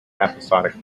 episodic